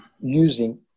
using